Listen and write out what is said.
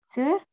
Sir